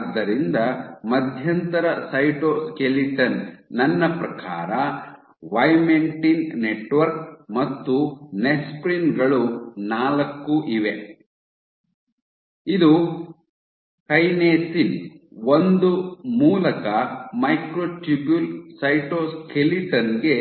ಆದ್ದರಿಂದ ಮಧ್ಯಂತರ ಸೈಟೋಸ್ಕೆಲಿಟನ್ ನನ್ನ ಪ್ರಕಾರ ವೈಮೆಂಟಿನ್ ನೆಟ್ವರ್ಕ್ ಮತ್ತು ನೆಸ್ಪ್ರಿನ್ ಗಳು ನಾಲ್ಕು ಇವೆ ಇದು ಕೈನಾಸಿನ್ ಒಂದು ಮೂಲಕ ಮೈಕ್ರೊಟ್ಯೂಬ್ಯೂಲ್ ಸೈಟೋಸ್ಕೆಲಿಟನ್ ಗೆ